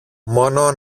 μόνο